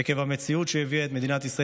עקב המציאות שהביאה את מדינת ישראל